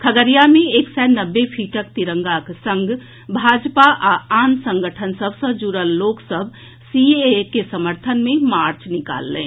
खगड़िया मे एक सय नब्बे फीटक तिरंगाक संग भाजपा आ आन संगठन सभ सँ जुड़ल लोक सभ सीएए के समर्थन मे मार्च निकाललनि